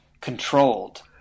controlled